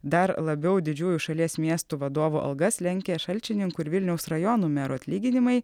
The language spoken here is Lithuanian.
dar labiau didžiųjų šalies miestų vadovų algas lenkia šalčininkų ir vilniaus rajonų merų atlyginimai